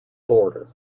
border